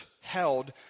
held